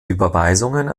überweisungen